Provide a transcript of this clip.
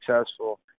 successful